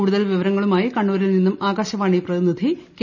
കൂടുതൽ വിവരങ്ങളു മായി കണ്ണൂരിൽ നിന്നുകളും ആകാശവാണി പ്രതിനിധി കെ